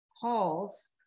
calls